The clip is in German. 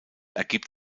ergibt